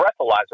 breathalyzer